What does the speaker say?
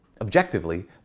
objectively